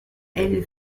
elle